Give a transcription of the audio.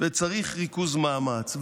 וצריך ריכוז מאמץ,